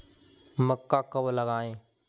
मक्का कब लगाएँ?